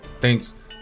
Thanks